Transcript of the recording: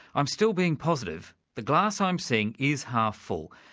i'm still being positive. the glass i'm seeing is half full,